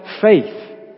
faith